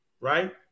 right